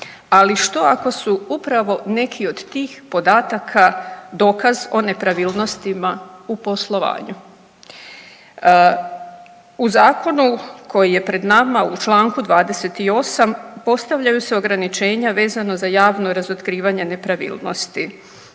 Ali što ako su upravo neki od tih podataka dokaz o nepravilnostima u poslovanju? U zakonu koji je pred nama u čl. 28. postavljaju se ograničenja vezano za javno otkrivanje nepravilnosti